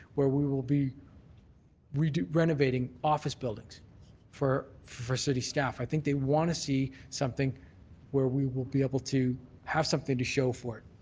where we will be renovating office buildings for for city staff. i think they want to see something where we will be able to have something to show for it.